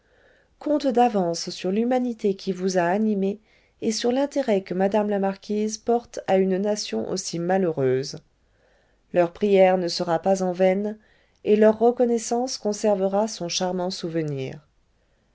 compte d'avance sur l'humanité qui vous animé et sur l'intérêt que madame la marquise porte à une nation aussi malheureuse leur prière ne sera pas en vaine et leur reconnaissance conservera sont charmant souvenir